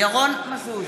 ירון מזוז,